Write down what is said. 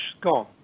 Gone